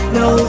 no